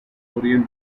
korean